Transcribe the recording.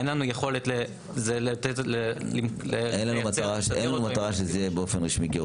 אין לנו יכולת --- אין לנו מטרה שזה יהיה גירעוני באופן רשמי.